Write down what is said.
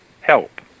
help